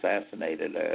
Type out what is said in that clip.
assassinated